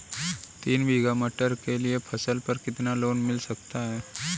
तीन बीघा मटर के लिए फसल पर कितना लोन मिल सकता है?